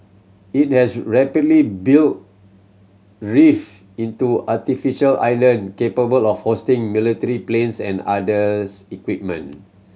it has rapidly built reef into artificial island capable of hosting military planes and others equipment